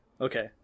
Okay